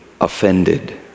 offended